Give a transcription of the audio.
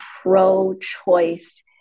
pro-choice